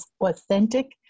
authentic